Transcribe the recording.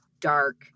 dark